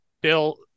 Bill